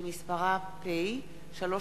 שמספרה פ/3361/18.